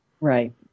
Right